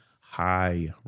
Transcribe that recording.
high